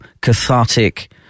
cathartic